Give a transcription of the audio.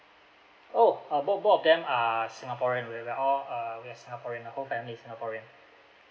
oh uh both both of them are singaporean we we are all uh we are singaporean the whole family is singaporean